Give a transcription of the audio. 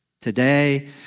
Today